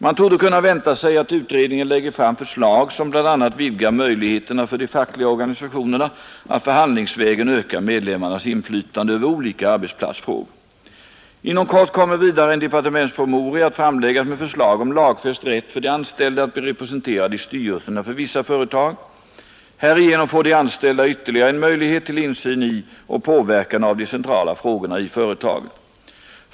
Man torde kunna vänta sig att utredningen lägger fram förslag som bl.a. vidgar möjligheterna för de fackliga organisationerna att förhandlingsvägen öka medlemmarnas inflytande över olika arbetsplatsfrågor. Inom kort kommer vidare en departementspromemoria att framläggas med förslag om lagfäst rätt för de anställda att bli representerade i styrelserna för vissa företag. Härigenom får de anställda ytterligare en möjlighet till insyn i och påverkan av de centrala frågorna i företaget.